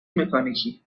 مکانیکی